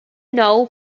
now